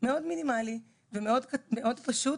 מאוד מינימלי ומאוד קטן ופשוט,